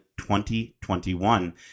2021